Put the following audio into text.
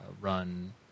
run